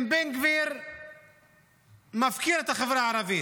אם בן גביר מפקיר את החברה הערבית,